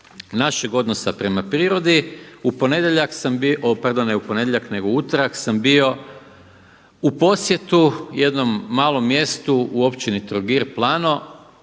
našeg odnosa prema prirodi, u ponedjeljak sam bio, pardon ne u ponedjeljak nego u utorak sam bio u posjetu jednom malom mjestu u općini Trogir, Plano,